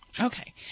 Okay